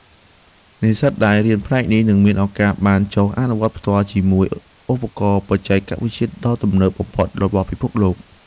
និស្សិតដែលរៀនផ្នែកនេះនឹងមានឱកាសបានចុះអនុវត្តផ្ទាល់ជាមួយឧបករណ៍បច្ចេកវិទ្យាដ៏ទំនើបបំផុតរបស់ពិភពលោក។